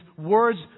words